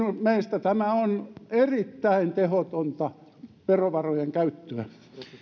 tämä on erittäin tehotonta verovarojen käyttöä